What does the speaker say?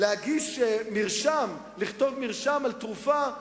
לכתוב מרשם על תרופה,